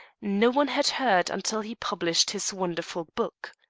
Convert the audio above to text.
no one had heard until he published this wonderful book.